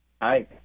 Hi